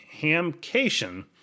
Hamcation